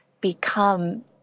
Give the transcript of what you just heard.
become